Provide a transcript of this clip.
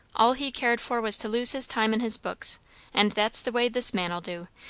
all he cared for was to lose his time in his books and that's the way this man'll do,